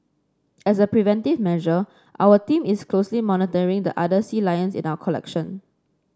as a preventive measure our team is closely monitoring the other sea lions in our collection